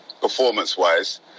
performance-wise